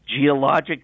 geologic